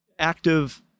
active